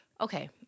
okay